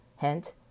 hint